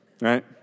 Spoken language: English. right